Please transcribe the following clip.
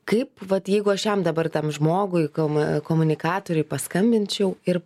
kaip vat jeigu aš jam dabar tam žmogui kom komunikatoriui paskambinčiau ir